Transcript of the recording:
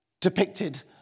depicted